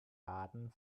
baden